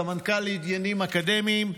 סמנכ"לית לעניינים אקדמיים,